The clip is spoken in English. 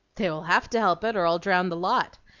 they will have to help it, or i'll drown the lot.